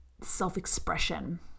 self-expression